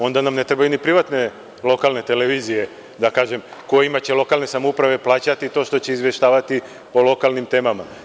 Onda nam ne trebaju ni privatne lokalne televizije, da kažem, kojima će lokalne samouprave plaćati to što će izveštavati o lokalnim temama.